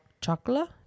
chocolate